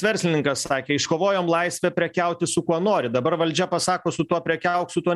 verslininkas sakė iškovojom laisvę prekiauti su kuo nori dabar valdžia pasako su tuo prekiauk su tuo